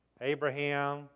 Abraham